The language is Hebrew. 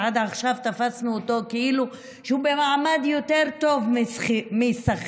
שעד עכשיו תפסנו אותו כאילו שהוא במעמד יותר טוב משכיר,